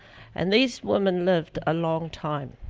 and these women lived a long time.